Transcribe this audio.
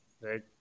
Right